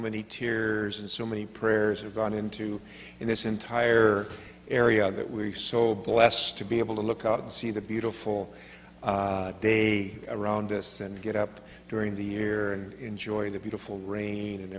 many tears and so many prayers are going into in this entire area that we are so blessed to be able to look out and see the beautiful day around us and get up during the year enjoying the beautiful rain and